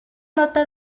nota